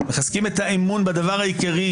מחזקים את האמון בדבר העיקרי,